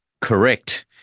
correct